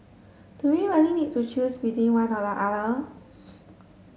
do we really need to choose between one nor the other